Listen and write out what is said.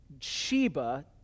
Sheba